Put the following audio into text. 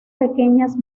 pequeñas